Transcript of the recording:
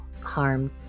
harm